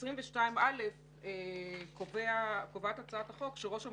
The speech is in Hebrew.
ב-22א קובעת הצעת החוק שראש הממשלה,